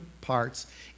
parts